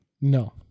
No